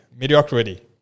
Mediocrity